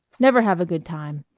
never have a good time.